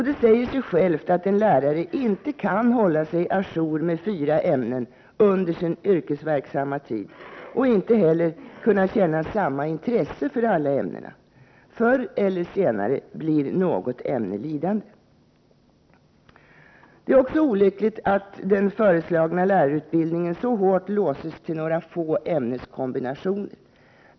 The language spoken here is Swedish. Det säger sig självt att en lärare inte kan hålla sig å jour med fyra ämnen under sin yrkesverksamma tid och inte heller kunna känna samma intresse för alla ämnena. Förr eller senare blir något ämne lidande. Det är också olyckligt att den föreslagna lärarutbildningen så hårt låses till några få ämneskombinationer.